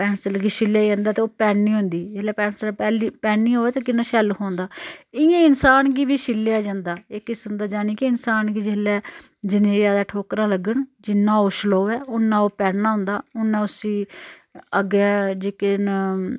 pencil गी छिल्लेआ जंदा ते ओह पैनी होंदी जेल्लै पैंसल पैह्ली पैनी होऐ ते किन्ना शैल लखोंदा इ'यां इंसान गी बी छिल्लेआ जंदा इक किस्म दा जाने कि इंसान गी जेल्लै जिन्नियां ज्यादा ठोक्करां लगन जिन्नां ओह् छलोयै उन्ना ओह् पैना होंदा उन्ना उसी अग्गै जेह्के न